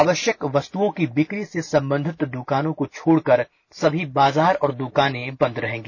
आवश्यक वस्तुओं की बिक्री से संबंधित दुकानों को छोड़ कर सभी बाजार और दुकानें बंद रहेंगी